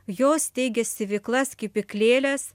jos steigia siuvyklas kepyklėles